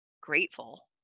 grateful